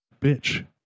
bitch